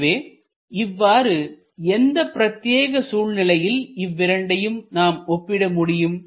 எனவே இவ்வாறு எந்த பிரத்தியேக சூழ்நிலையில் இவ்விரண்டையும் நாம் ஒப்பிட முடியும்